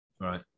Right